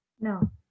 No